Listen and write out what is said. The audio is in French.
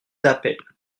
d’appel